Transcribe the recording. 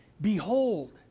Behold